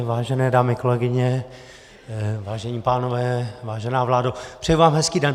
Vážené dámy, kolegyně, vážení pánové, vážená vládo, přeji vám hezký den.